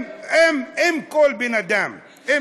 אם כל בן אדם, אם